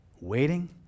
Waiting